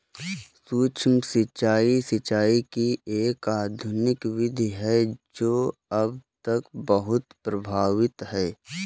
सूक्ष्म सिंचाई, सिंचाई की एक आधुनिक विधि है जो अब तक बहुत प्रभावी है